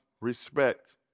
respect